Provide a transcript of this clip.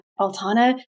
Altana